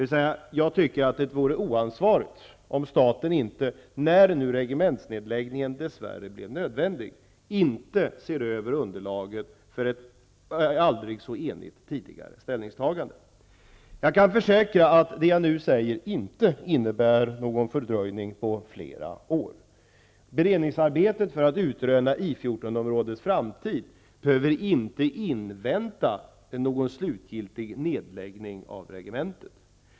Jag tycker alltså att det vore oansvarigt om staten inte, när regementsnedläggningen dess värre blev nödvändig, såg över underlaget för ett tidigare aldrig så enigt ställningstagande. Jag kan försäkra att det som jag nu säger inte innebär någon fördröjning på flera år. Beredningsarbetet för att utröna I 14-områdets framtid behöver inte invänta någon slutgiltig nedläggning av regementet.